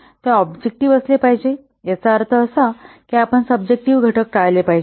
ते ऑब्जेक्टिव्ह असले पाहिजे याचा अर्थ असा की आपण सब्जेक्टिव्ह घटक टाळले पाहिजेत